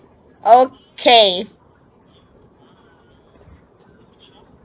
okay